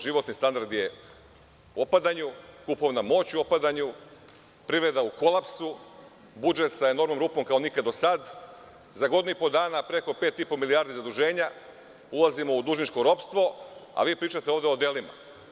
Životni standard je u opadanju, kupovna moć je u opadanju, privreda u kolapsu, budžet sa enormnom rupom kao nikad do sada, za godinu i po dana preko pet i po milijardi zaduženja, ulazimo u dužničko ropstvo, a vi pričate ovde o odelima.